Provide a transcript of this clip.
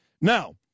Now